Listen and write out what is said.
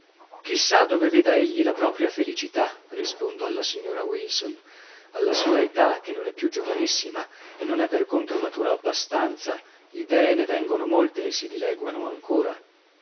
sa dove veda egli la propria felicità rispondo alla signora wilson alla sua età che non è più giovanissima e non è per contro matura abbastanza idee ne vengono molte e si dileguano ancora